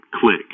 click